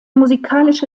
musikalische